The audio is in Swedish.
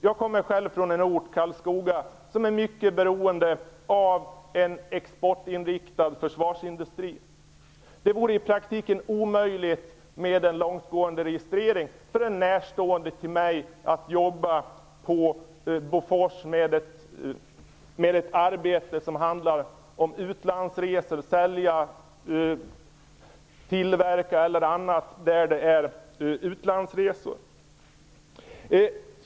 Jag kommer själv från en ort, Karlskoga, som är mycket beroende av en exportinriktad försvarsindustri. Det vore, med en långtgående registrering, i praktiken omöjligt för en närstående till mig att ha ett jobb på Bofors, att sälja eller tillverka något, som innebär utlandsresor.